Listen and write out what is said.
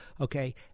Okay